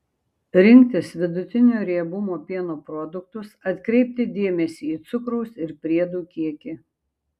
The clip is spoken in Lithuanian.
rinktis vidutinio riebumo pieno produktus atkreipti dėmesį į cukraus ir priedų kiekį